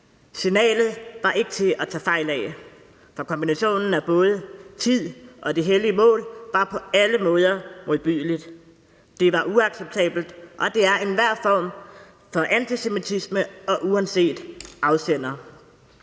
Signalet var ikke til at tage fejl af, for kombinationen af både tid og det hellige mål var på alle måder modbydeligt. Det var uacceptabelt, og det er enhver form for antisemitisme uanset afsender,